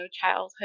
childhood